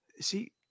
see